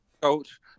coach